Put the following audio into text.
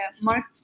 Mark